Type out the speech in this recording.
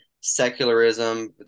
secularism